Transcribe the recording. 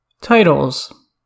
Titles